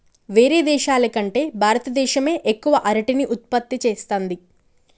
వేరే దేశాల కంటే భారత దేశమే ఎక్కువ అరటిని ఉత్పత్తి చేస్తంది